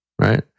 right